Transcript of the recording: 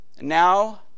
Now